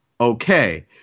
okay